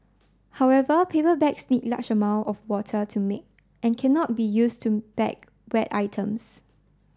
however paper bags need large amount of water to make and cannot be used to bag wet items